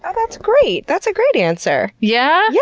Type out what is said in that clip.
ah that's great! that's a great answer! yeah? yeah,